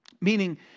Meaning